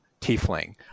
tiefling